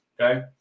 Okay